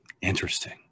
interesting